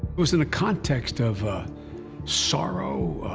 was in a context of sorrow,